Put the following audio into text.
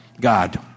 God